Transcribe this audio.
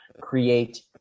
create